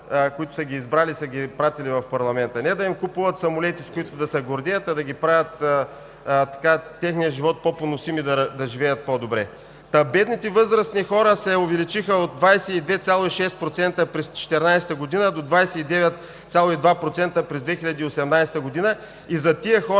които са ги избрали и изпратили в парламента – не да им купуват самолети, с които да се гордеят, а да направят техния живот по-поносим и те да живеят по-добре. Бедните възрастни хора се увеличиха от 22,6% през 2014 г. до 29,2% през 2018 г. За тези хора